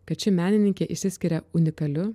kad ši menininkė išsiskiria unikaliu